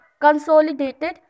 Consolidated